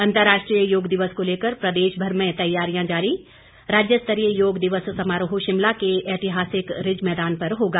अंतर्राष्ट्रीय योग दिवस को लेकर प्रदेशभर में तैयारियां जारी राज्य स्तरीय योग दिवस समारोह शिमला के ऐतिहासिक रिज मैदान पर होगा